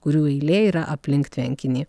kurių eilė yra aplink tvenkinį